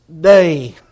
day